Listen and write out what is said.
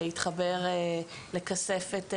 להתחבר לכספת ממוחשבת.